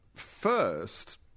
First